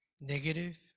negative